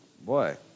Boy